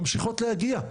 ממשיכות להגיע,